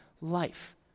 life